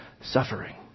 suffering